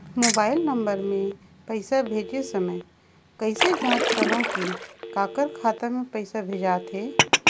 Mobile number मे पइसा भेजे समय कइसे जांच करव की काकर खाता मे पइसा भेजात हे?